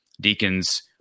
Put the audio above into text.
Deacon's